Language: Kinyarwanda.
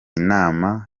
nama